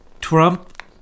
Trump